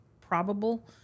probable